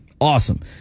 Awesome